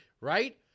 right